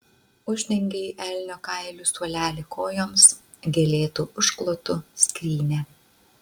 uždengei elnio kailiu suolelį kojoms gėlėtu užklotu skrynią